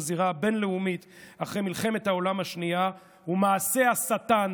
בזירה הבין-לאומית אחרי מלחמת העולם השנייה ומעשה השטן